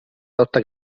lotta